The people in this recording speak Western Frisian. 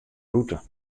rûte